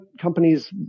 companies